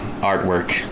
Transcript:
artwork